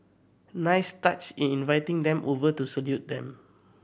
nice touch in inviting them over to salute them